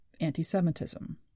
anti-Semitism